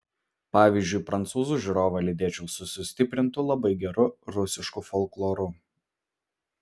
pavyzdžiui prancūzų žiūrovą lydėčiau su sustiprintu labai geru rusišku folkloru